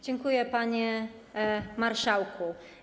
Dziękuję, panie marszałku.